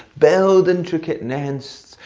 build intricate nests,